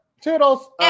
Toodles